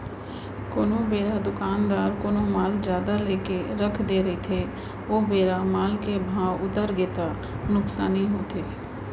कोनो बेरा दुकानदार कोनो माल जादा लेके रख दे रहिथे ओ बेरा माल के भाव उतरगे ता नुकसानी होथे